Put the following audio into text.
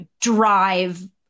drive